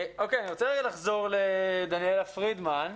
אני רוצה לחזור לדניאלה פרידמן.